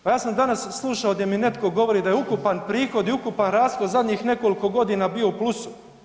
Pa ja sam danas slušao gdje mi netko govori da je ukupan prihod i ukupan rashod zadnjih nekoliko godina bio u plusu.